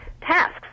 tasks